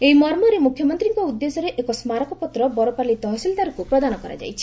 ଏହି ମର୍ମରେ ମୁଖ୍ୟମନ୍ତୀଙ୍କ ଉଦ୍ଦେଶ୍ୟରେ ଏକ ସ୍କାରକପତ୍ର ବରପାଲି ତହସିଲଦାରଙ୍କୁ ପ୍ରଦାନ କରାଯାଇଛି